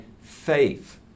faith